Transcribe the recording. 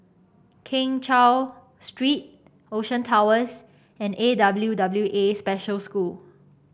Keng Cheow Street Ocean Towers and A W W A Special School